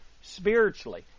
spiritually